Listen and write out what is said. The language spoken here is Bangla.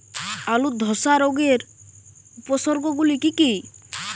আলুর ধসা রোগের উপসর্গগুলি কি কি?